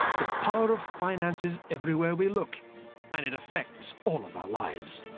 the power of finance is everywhere we look and it affects all of our lives.